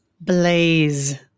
Blaze